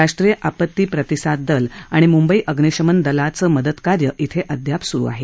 राष्ट्रीय आपत्ती प्रतिसाद दल आणि म्ंबई अग्निशमन दलाचं मदत कार्य अद्याप सुरु आहे